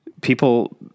people